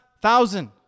thousand